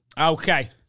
Okay